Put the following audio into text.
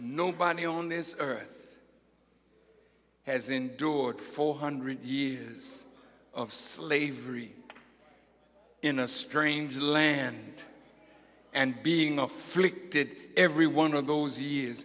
nobody on this earth has endured four hundred years of slavery in a strange land and being afflicted every one of those years